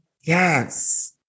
yes